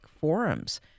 forums